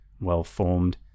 well-formed